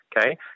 Okay